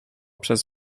przez